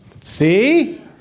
see